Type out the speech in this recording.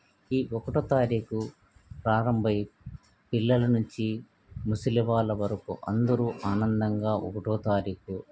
ఈ ఒకటో తారీఖు ప్రారంభమై పిల్లల నుంచి ముసలివాళ్ళ వరకు అందరూ ఆనందంగా ఒకటవ తారీఖు